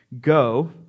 go